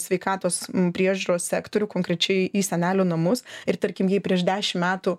sveikatos priežiūros sektorių konkrečiai į senelių namus ir tarkim jei prieš dešim metų